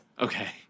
Okay